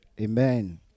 Amen